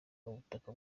ubutaka